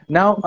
Now